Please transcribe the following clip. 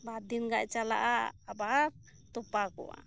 ᱵᱟᱨ ᱫᱤᱱ ᱜᱟᱱ ᱪᱟᱞᱟᱜᱼᱟ ᱟᱨ ᱦᱚᱸ ᱛᱚᱯᱟᱜᱚᱜᱼᱟ